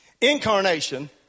Incarnation